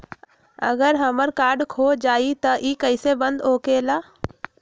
अगर हमर कार्ड खो जाई त इ कईसे बंद होकेला?